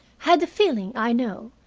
had the feeling, i know,